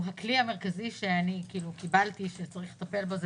הכלי המרכזי שקיבלתי שצריך לטפל בו זה